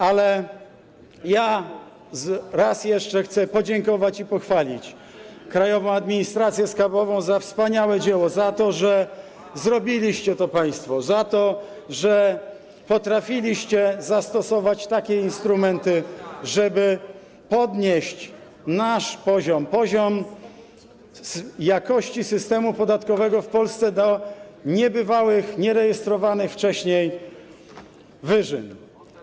Ale ja raz jeszcze chcę podziękować, pochwalić Krajową Administrację Skarbową za wspaniałe dzieło, za to, że państwo to zrobiliście, za to, że potrafiliście zastosować takie instrumenty, żeby podnieść nasz poziom, poziom jakości systemu podatkowego w Polsce do niebywałych, nierejestrowanych wcześniej wyżyn.